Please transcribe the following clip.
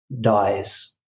Dies